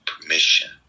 permission